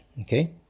okay